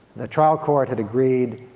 the trial court had agreeed,